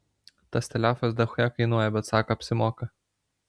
tas telefas dachuja kainuoja bet sako kad apsimoka